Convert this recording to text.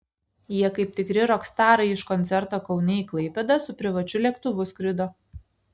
jie kaip tikri rokstarai iš koncerto kaune į klaipėdą su privačiu lėktuvu skrido